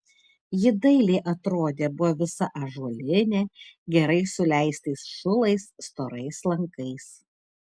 ji dailiai atrodė buvo visa ąžuolinė gerai suleistais šulais storais lankais